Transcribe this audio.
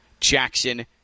jackson